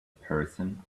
person